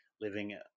living